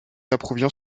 approuvions